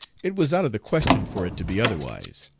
it was out of the question for it to be otherwise.